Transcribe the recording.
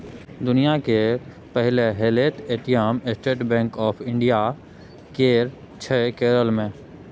दुनियाँ केर पहिल हेलैत ATM State Bank of India केर छै केरल मे